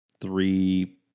three